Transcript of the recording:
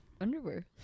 underwear